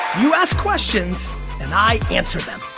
you ask questions and i answer them.